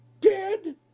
dead